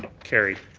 carried.